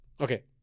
Okay